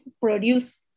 produce